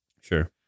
Sure